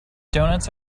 doughnuts